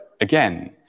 again